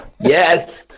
Yes